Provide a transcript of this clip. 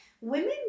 women